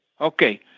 Okay